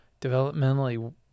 developmentally